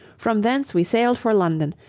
from thence we sailed for london,